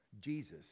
Jesus